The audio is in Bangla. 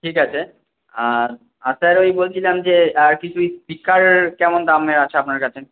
ঠিক আছে আর আর স্যার ওই বলছিলাম যে আর কী স্পিকার কেমন দামের আছে আপনার কাছে